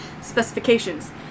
specifications